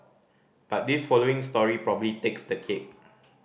but this following story probably takes the cake